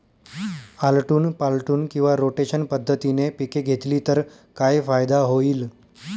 आलटून पालटून किंवा रोटेशन पद्धतीने पिके घेतली तर काय फायदा होईल?